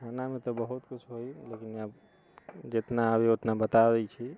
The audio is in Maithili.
खानामे तऽ बहुत कुछ होइए लेकिन आब जितना आबैए उतना बता दै छी